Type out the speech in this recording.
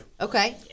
Okay